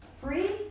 free